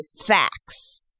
facts